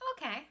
okay